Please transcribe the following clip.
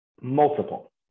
multiple